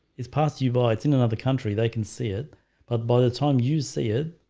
it's passed you by it's in another country. they can see it but by the time you see it,